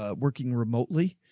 ah working remotely,